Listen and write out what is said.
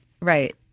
Right